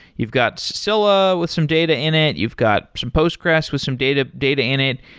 you've got scylla with some data in it. you've got some postgres with some data data in it,